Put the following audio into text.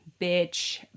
bitch